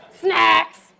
Snacks